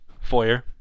Foyer